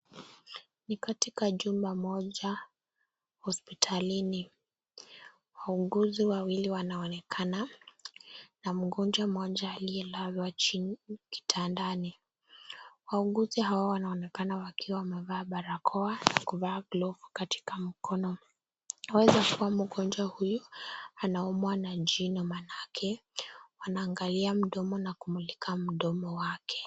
Ni katika jumba moja hospitalini. Wauguzi wawili wanaonekana na mgonjwa mmoja aliyelazwa chini kitandani. Wauguzi hao wanaonekana wakiwa wamevaa barakoa na kuvaa glovu katika mkono. Waweza kuwa mgonjwa huyu anaumwa na jino maanake wanaangalia mdomo na kumulika mdomo wake.